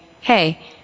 hey